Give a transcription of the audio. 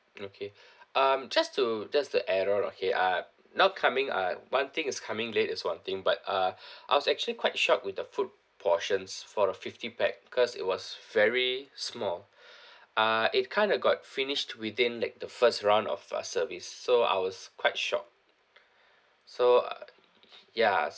okay um just to just to add on okay uh not coming uh one thing is coming late is one thing but uh I was actually quite shocked with the food portions for a fifty pax because it was very small uh it kinda got finished within like the first round of uh service so I was quite shocked so uh ya